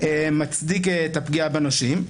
מצדיק את הפגיעה בנושים.